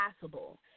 possible